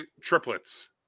triplets